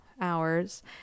hours